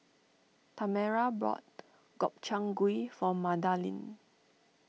Tamera bought Gobchang Gui for Madalyn